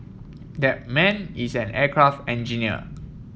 that man is an aircraft engineer